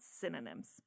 synonyms